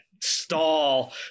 stall